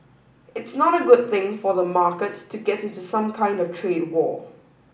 it's not a good thing for the market to get into some kind of trade war